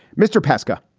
mr. pesca.